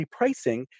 repricing